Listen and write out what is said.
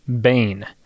Bane